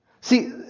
See